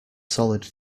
solid